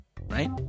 Right